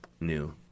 new